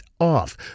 off